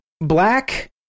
black